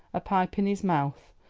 a pipe in his mouth,